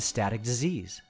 a static disease